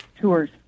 tours